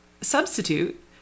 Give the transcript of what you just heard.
substitute